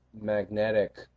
magnetic